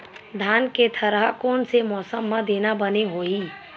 धान के थरहा कोन से मौसम म देना बने होही?